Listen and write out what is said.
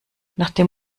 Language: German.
nachdem